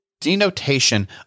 denotation